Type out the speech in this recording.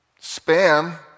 Spam